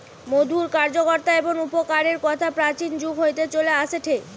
মধুর কার্যকতা এবং উপকারের কথা প্রাচীন যুগ হইতে চলে আসেটে